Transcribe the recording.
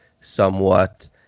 somewhat